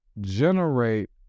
generate